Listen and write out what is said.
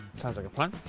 sounds like a plan.